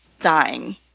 dying